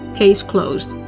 case closed.